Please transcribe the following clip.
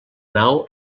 nau